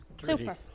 Super